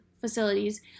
facilities